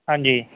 ਹਾਂਜੀ